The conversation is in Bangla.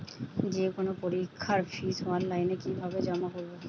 যে কোনো পরীক্ষার ফিস অনলাইনে কিভাবে জমা করব?